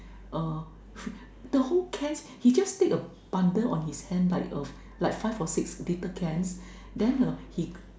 uh the whole can he just take a bundle on his hands like of like five or six little can then uh he